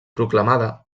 proclamada